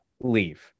leave